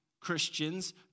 Christians